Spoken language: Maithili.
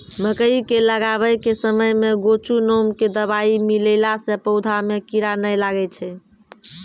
मकई के लगाबै के समय मे गोचु नाम के दवाई मिलैला से पौधा मे कीड़ा नैय लागै छै?